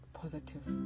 positive